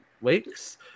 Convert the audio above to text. weeks